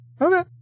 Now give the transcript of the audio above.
Okay